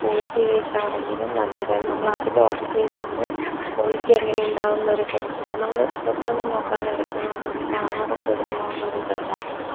quality wise ആണെങ്കിലും നല്ല ഇതായിരുന്നു നമ്മളതിൽ ഓർഡർ ചെയ്തതു കൊണ്ട് ക്വാളിറ്റി എങ്ങനെ ഉണ്ടാകും എന്നൊരു ടെൻഷൻ നമ്മൾ തൊട്ടൊന്നും നോക്കാതെ എടുക്കണ കൊണ്ട് നമുക്ക് കാണാതെയൊക്കെ എടുക്കണ കൊണ്ട് ഒരിത് ഉണ്ടായിരുന്നു